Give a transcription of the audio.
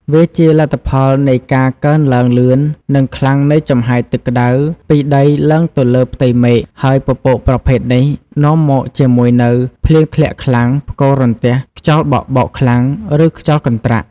វាជាលទ្ធផលនៃការកើនឡើងលឿន និងខ្លាំងនៃចំហាយទឹកក្តៅពីដីឡើងទៅលើផ្ទៃមេឃ ហើយពពកប្រភេទនេះនាំមកជាមួយនូវ ភ្លៀងធ្លាក់ខ្លាំង ផ្គររន្ទះ ខ្យល់បក់បោកខ្លាំង ឬខ្យល់កន្ត្រាក់។